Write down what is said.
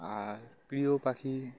আর প্রিয় পাখি